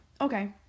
okay